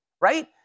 right